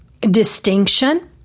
distinction